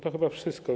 To chyba wszystko.